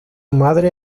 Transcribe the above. madre